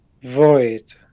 void